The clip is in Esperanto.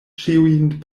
ĉiujn